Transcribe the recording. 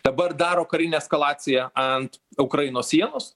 dabar daro karinę eskalaciją ant ukrainos sienos